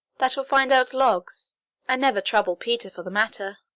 that will find out logs and never trouble peter for the matter.